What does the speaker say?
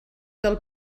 del